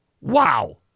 wow